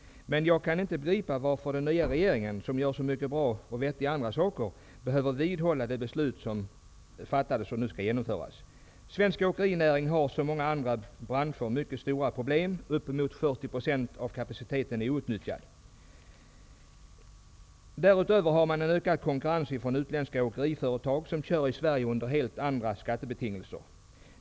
Jag kan emellertid inte begripa att den nya regeringen, som gör så mycket som är bra, behöver vidhålla ett tidigare fattat beslut, som nu skall genomföras. Svensk åkerinäring har, som många andra branscher, mycket stora problem -- uppemot 40 % av kapaciteten är outnyttjad. Därutöver har man en ökad konkurrens från utländska åkeriföretag som kör i Sverige under helt andra skattebetingelser.